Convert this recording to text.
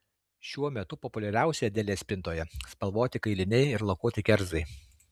šiuo metu populiariausi adelės spintoje spalvoti kailiniai ir lakuoti kerzai